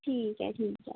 ठीक ऐ ठीक ऐ